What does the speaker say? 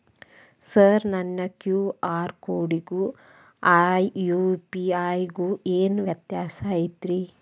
Sir ನನ್ನ QR ಕೊಡಿಗೂ ಆ ಯು.ಪಿ.ಐ ಗೂ ಏನ್ ವ್ಯತ್ಯಾಸ ಐತ್ರಿ?